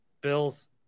Bills